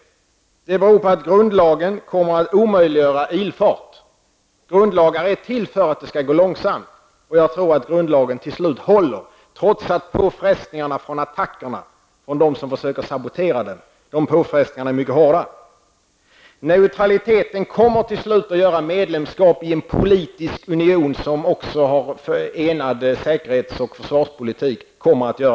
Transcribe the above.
Det beror på att grundlagen omöjliggör ilfart. Grundlagar är till för att det skall gå långsamt. Jag tror att grundlagen till slut håller, trots att påfrestningarna från attackerna från dem som försöker sabotera är mycket hårda. Neutraliteten kommer till slut att göra medlemskap i en politisk union, som också har enad säkerhets och försvarspolitik, omöjlig.